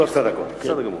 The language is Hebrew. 13 דקות, בסדר גמור.